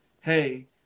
hey